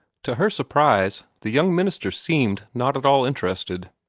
to her surprise, the young minister seemed not at all interested.